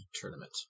tournament